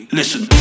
listen